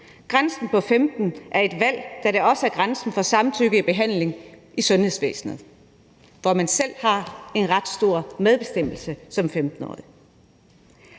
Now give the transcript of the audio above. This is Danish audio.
Grænsen på 15 år er et valg, da det også er grænsen for samtykke i behandling i sundhedsvæsenet, hvor man selv har en ret stor medbestemmelse som 15-årig.